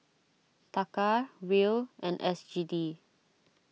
Taka Riel and S G D